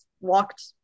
walked